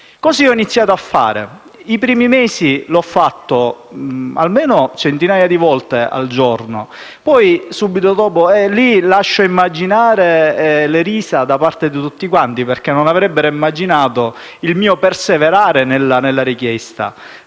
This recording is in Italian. Così ho iniziato a fare, e i primi mesi l'ho fatto almeno centinaia di volte al giorno. Lascio immaginare le risa da parte di tutti quanti, perché non avrebbero immaginato il mio perseverare nella richiesta,